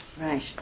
Right